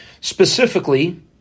specifically